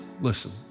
listen